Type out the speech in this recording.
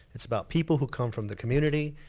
it's about people who come from the community,